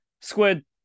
Squid